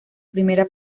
primera